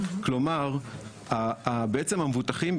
כלומר בעצם המבוטחים,